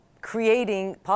creating